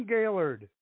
Gaylord